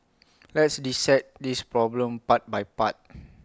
let's dissect this problem part by part